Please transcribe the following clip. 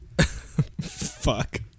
Fuck